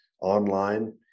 online